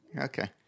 Okay